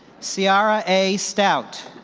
sierra a. stout,